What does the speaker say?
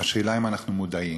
השאלה אם אנחנו מודעים.